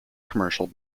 commercial